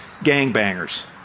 gangbangers